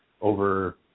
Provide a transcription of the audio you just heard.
over